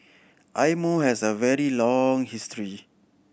Eye Mo has a very long history